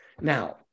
Now